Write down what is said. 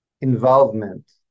involvement